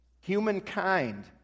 Humankind